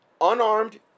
unarmed